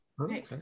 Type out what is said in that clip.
okay